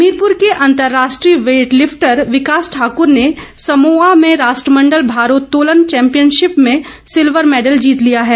हमीरपुर के अर्न्तराष्ट्रीय weight lifter Vikas Thakur ने समोआ में राष्ट्रमंडल भारोत्तोलंन चैपियनशिप में सिल्वर मैडल जीत लिया है